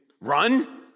Run